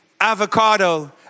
avocado